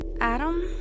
Adam